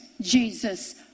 Jesus